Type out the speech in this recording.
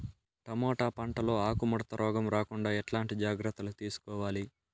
Tomato పంట లో ఆకు ముడత రోగం రాకుండా ఎట్లాంటి జాగ్రత్తలు తీసుకోవాలి?